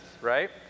right